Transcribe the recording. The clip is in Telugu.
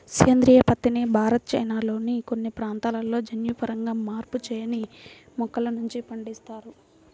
సేంద్రీయ పత్తిని భారత్, చైనాల్లోని కొన్ని ప్రాంతాలలో జన్యుపరంగా మార్పు చేయని మొక్కల నుండి పండిస్తారు